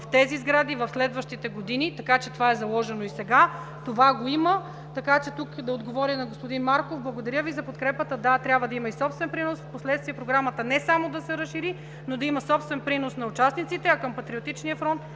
в тези сгради в следващите години, така че това е заложено и сега. Това го има, така че тук да отговоря на господин Марков: благодаря Ви за подкрепата. Да, трябва да има и собствен принос. Впоследствие Програмата не само да се разшири, но и да има собствен принос на участниците. А към Патриотичния фронт: